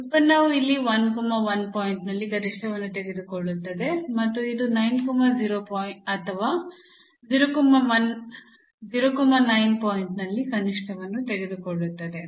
ಉತ್ಪನ್ನವು ಇಲ್ಲಿ 1 1 ಪಾಯಿಂಟ್ನಲ್ಲಿ ಗರಿಷ್ಠವನ್ನು ತೆಗೆದುಕೊಳ್ಳುತ್ತದೆ ಮತ್ತು ಇದು 9 0 ಅಥವಾ 0 9 ಪಾಯಿಂಟ್ನಲ್ಲಿ ಕನಿಷ್ಠವನ್ನು ತೆಗೆದುಕೊಳ್ಳುತ್ತದೆ